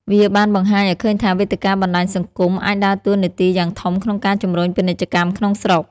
វាបានបង្ហាញឱ្យឃើញថា វេទិកាបណ្តាញសង្គមអាចដើរតួនាទីយ៉ាងធំក្នុងការជំរុញពាណិជ្ជកម្មក្នុងស្រុក។